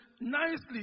nicely